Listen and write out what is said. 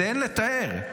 אין לתאר.